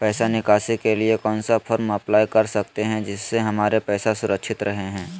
पैसा निकासी के लिए कौन सा फॉर्म अप्लाई कर सकते हैं जिससे हमारे पैसा सुरक्षित रहे हैं?